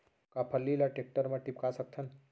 का फल्ली ल टेकटर म टिपका सकथन?